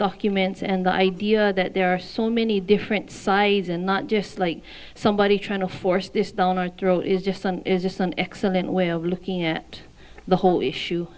documents and the idea that there are so many different sides and not just like somebody's trying to force this down our throat is just an excellent way of looking at the whole issue